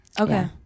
Okay